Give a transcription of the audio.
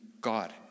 God